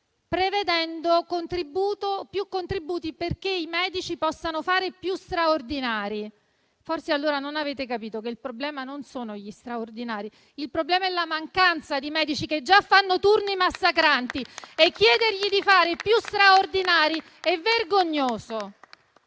prevedendo più contributi affinché i medici possano fare più straordinari. Allora forse non avete capito che il problema non sono gli straordinari. Il problema è la mancanza di medici, che già fanno turni massacranti, pertanto chiedere a loro di fare più straordinari è vergognoso